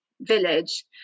village